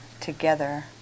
together